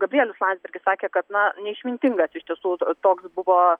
gabrielius landsbergis sakė kad na neišmintingas iš tiesų to toks buvo